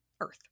earth